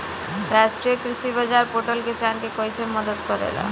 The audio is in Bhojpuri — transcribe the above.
राष्ट्रीय कृषि बाजार पोर्टल किसान के कइसे मदद करेला?